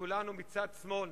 כולנו מצד שמאל,